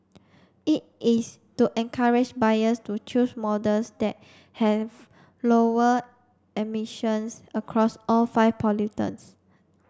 it is to encourage buyers to choose models that have lower emissions across all five pollutants